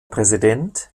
präsident